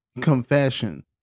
confession